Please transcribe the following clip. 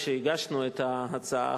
כשהגשנו את ההצעה,